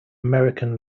american